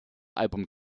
album